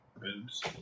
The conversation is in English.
boobs